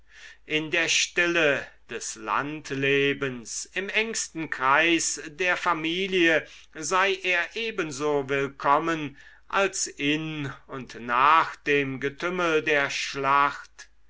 in der stille des landlebens im engsten kreis der familie sei er ebenso willkommen als in und nach dem getümmel der schlacht